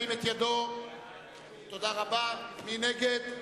מי נגד?